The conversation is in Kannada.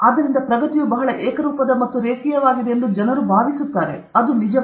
ಆದ್ದರಿಂದ ಪ್ರಗತಿಯು ಬಹಳ ಏಕರೂಪದ ಮತ್ತು ರೇಖೀಯವಾಗಿದೆ ಎಂದು ಜನರು ಭಾವಿಸುತ್ತಾರೆ ಅದು ನಿಜವಲ್ಲ